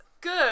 good